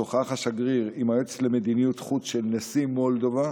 שוחח השגריר עם היועץ למדיניות חוץ של נשיא מולדובה